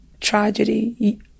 tragedy